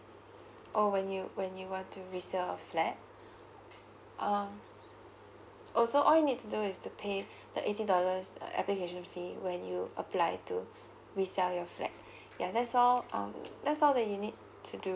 oh when you when you want to resell a flat um also all you need to do is to pay the eighty dollars uh application fee when you applied to resell your flat ya that's all um that's all that you need to do